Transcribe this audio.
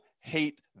hate